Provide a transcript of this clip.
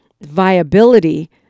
viability